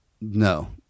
No